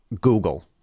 Google